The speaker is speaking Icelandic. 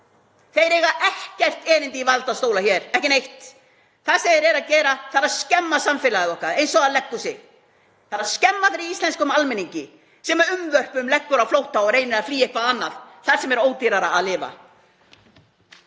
Þeir eiga ekkert erindi á valdastóla hér, ekki neitt. Það sem þeir eru að gera er að skemma samfélagið okkar eins og það leggur sig. Það er að skemma fyrir íslenskum almenningi sem unnvörpum leggur á flótta og reynir að flýja eitthvað annað þar sem er ódýrara að lifa.